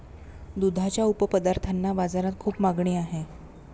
दुधाच्या उपपदार्थांना बाजारात खूप मागणी आहे